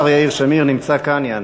השר יאיר שמיר נמצא כאן, יענה.